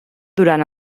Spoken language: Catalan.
durant